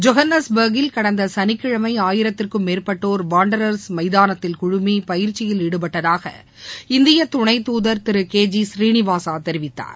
ஜோகன்னஸ்பர்கில் கடந்த சனிக்கிழமை ஆயிரத்திற்கும் மேற்பட்டோர் வாண்டரர்ஸ் மைதானத்தில் குழுமி பயிற்சியில் ஈடுபட்டதாக இந்திய துணைத்தூதர் திரு கே ஜி சீனிவாசா தெரிவித்தார்